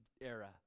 era